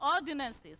ordinances